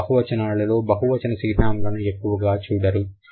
మీరు బహువచనలలో బహు వచన చిహ్నంలను ఎక్కువగా చూడరు